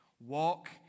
Walk